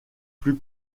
plus